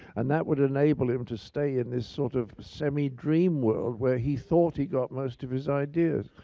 and that would enable him to stay in this sort of semi-dream world, where he thought he got most of his ideas.